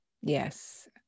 Yes